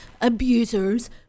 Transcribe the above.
abusers